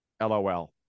LOL